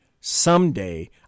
someday